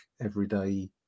everyday